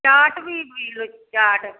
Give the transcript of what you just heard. ਚਾਟ ਵੀ ਦਿਓ ਇਕ ਚਾਟ